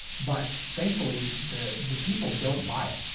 but thankfully, the the people don't buy it.